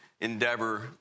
endeavor